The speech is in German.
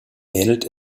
ähnelt